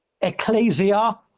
ecclesia